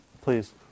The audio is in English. Please